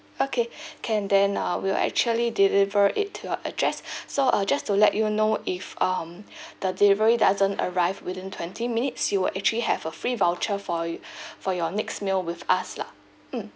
okay can then uh we'll actually deliver it to your address so uh just to let you know if um the delivery doesn't arrive within twenty minutes you will actually have a free voucher for for your next meal with us lah mm